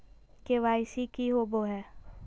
KYC की होबो है?